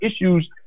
issues